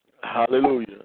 Hallelujah